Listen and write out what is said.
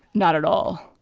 not at all.